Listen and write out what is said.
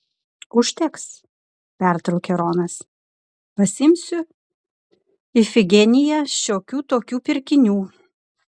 užteks pertraukė ronas pasiimsiu ifigeniją šiokių tokių pirkinių